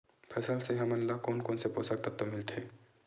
फसल से हमन ला कोन कोन से पोषक तत्व मिलथे?